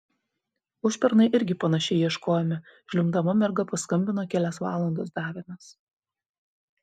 užpernai irgi panašiai ieškojome žliumbdama merga paskambino kelias valandas davėmės